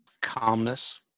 calmness